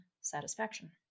satisfaction